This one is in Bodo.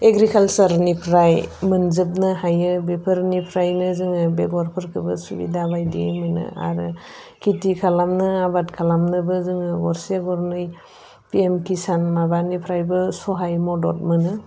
एग्रिकाल्सारनिफ्राय मोनजोबनो हायो बेफोरनिफ्रायनो जोङो बेगरफोरखौबो सुबिदाबायदि मोनो आरो खेथि खालामनो आबाद खालामनोबो जोङो गरसे गरनै पिएम किसान माबानिफ्रायबो सहाय मदद मोनो